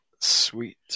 Sweet